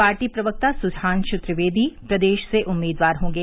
party प्रवक्ता सुधांशु त्रिवेदी प्रदेश से उम्मीदवार होंगे